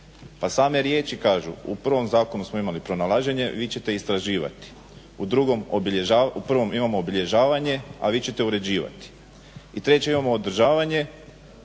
Pa same riječi kažu u prvom zakonu smo imali pronalaženje vi ćete istraživati. U prvom imamo obilježavanje, a vi ćete uređivati. I treće imamo održavanje